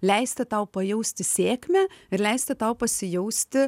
leisti tau pajausti sėkmę ir leisti tau pasijausti